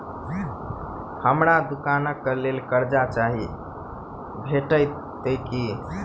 हमरा दुकानक लेल कर्जा चाहि भेटइत की?